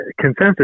consensus